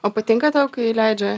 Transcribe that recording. o patinka tau kai leidžia